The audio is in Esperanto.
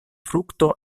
frukto